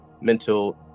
mental